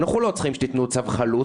אנחנו לא צריכים שתיתנו צו חלוט,